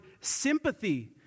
sympathy